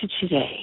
today